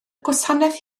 gwasanaeth